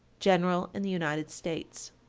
general in the united states.